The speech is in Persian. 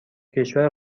کشور